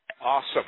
Awesome